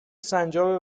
سنجابه